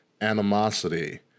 animosity